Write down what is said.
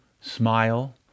smile